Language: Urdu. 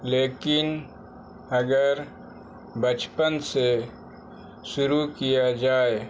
لیکن اگر بچپن سے شروع کیا جائے